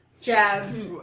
Jazz